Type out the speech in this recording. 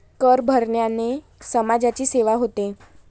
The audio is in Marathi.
कर भरण्याने समाजाची सेवा होते